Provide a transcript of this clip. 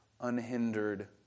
unhindered